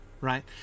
right